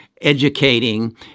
educating